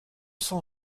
cent